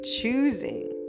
choosing